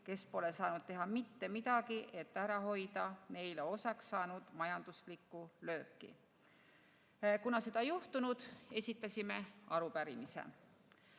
kes pole saanud teha mitte midagi, et ära hoida neile osaks saanud majanduslikku lööki. Kuna seda ei juhtunud, esitasime arupärimise.